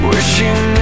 Wishing